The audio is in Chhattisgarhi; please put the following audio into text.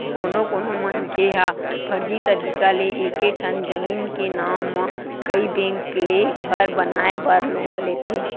कोनो कोनो मनखे ह फरजी तरीका ले एके ठन जमीन के नांव म कइ बेंक ले घर बनाए बर लोन लेथे